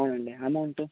అవునండి అమౌంట్